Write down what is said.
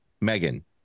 Megan